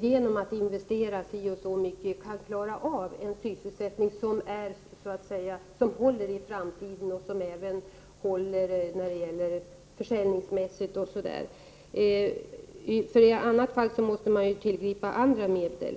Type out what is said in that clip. genom att göra vissa investeringar kan klara en sysselsättning som håller för framtiden, även försäljningsmässigt? I annat fall måste man ju tillgripa andra medel.